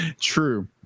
True